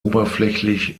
oberflächlich